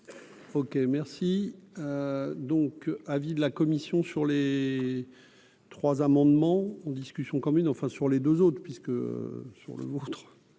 OK merci donc avis de la commission sur les trois amendements en discussion commune enfin sur les 2 autres puisque sur le ventre.